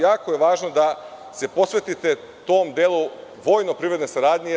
Jako je važno da se posvetite tom delu vojno-privredne saradnje.